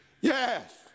yes